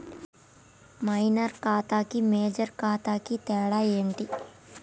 Minor ఖాతా కి major ఖాతా కి తేడా ఏంటి?